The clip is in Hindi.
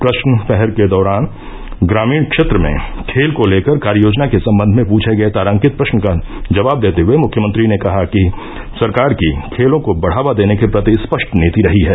प्रश्न पहर के दौरान ग्रामीण क्षेत्र में खेल को लेकर कार्ययोजना के सम्बन्ध में पूछे गये तारांकित प्रश्न का जवाब देते हये मुख्यमंत्री ने कहा कि सरकार की खेलों को बढ़ावा देने के प्रति स्पष्ट नीति रही है